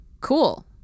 cool